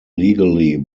legally